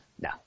No